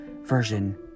version